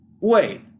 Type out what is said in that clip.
Wait